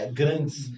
grandes